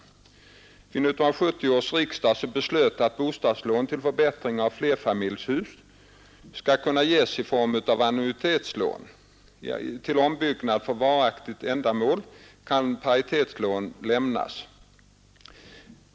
Vid 1970 års riksdag beslöts att bostadslån till förbättring av flerfamiljshus skall kunna ges i form av annuitetslån. Till ombyggnad för varaktigt ändamål kan paritetslån lämnas.